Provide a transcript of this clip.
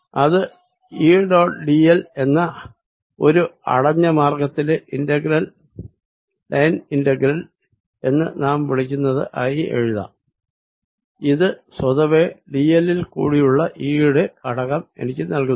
അത് E dot dl എന്ന ഒരു ക്ലോസ്ഡ് പാത്തിലെ ലൈൻ ഇന്റഗ്രൽ എന്ന് നാം വിളിക്കുന്നത് ആയി എഴുതാം ഇത് സ്വതവേ dl ൽ കൂടിയുള്ള E യുടെ ഘടകം എനിക്ക് നൽകുന്നു